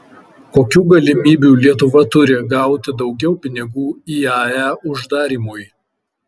kokių galimybių lietuva turi gauti daugiau pinigų iae uždarymui